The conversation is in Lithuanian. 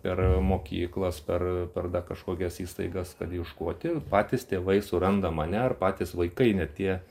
per mokyklas per per dar kažkokias įstaigas kad ieškoti patys tėvai suranda mane ar patys vaikai net tie